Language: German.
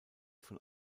von